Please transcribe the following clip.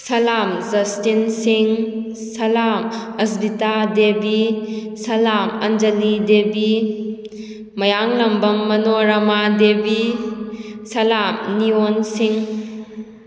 ꯁꯂꯥꯝ Justin ꯁꯤꯡ ꯁꯂꯥꯝ ꯑꯁꯗꯤꯇꯥ ꯗꯦꯕꯤ ꯁꯂꯥꯝ ꯑꯟꯖꯂꯤ ꯗꯦꯕꯤ ꯃꯌꯥꯡꯂꯡꯕꯝ ꯃꯅꯣꯔꯃꯥ ꯗꯦꯕꯤ ꯁꯂꯥꯠ ꯅꯤꯑꯣꯟ ꯁꯤꯡ